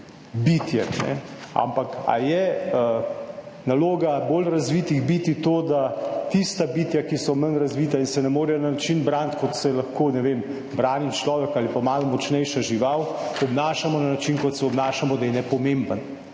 bitjem. Ampak ali je naloga bolj razvitih bitij to, da se do tistih bitij, ki so manj razvita in se ne morejo braniti na način, kot se lahko, ne vem, brani človek ali pa malo močnejša žival, obnašajo na način, kot se obnašamo, da so nepomembna?